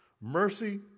Mercy